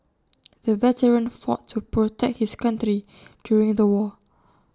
the veteran fought to protect his country during the war